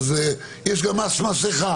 אז יש גם מס מסכה.